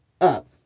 up